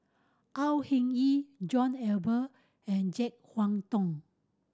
Au Hing Yee John Eber and Jek Huang Thong